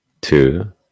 two